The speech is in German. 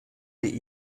die